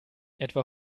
etwa